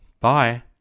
Bye